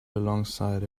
alongside